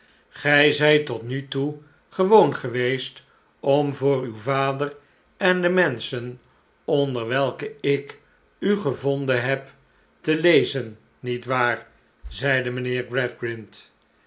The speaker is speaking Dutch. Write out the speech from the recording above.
gij zijt tot nog toe gewoon geweest om voor uw vader en de menschen onder welke ik u gevonden heb te lezen niet waar zeide mijnheer